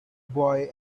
boy